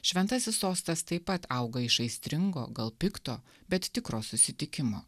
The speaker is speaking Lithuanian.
šventasis sostas taip pat auga iš aistringo gal pikto bet tikro susitikimo